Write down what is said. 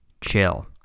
chill